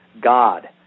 God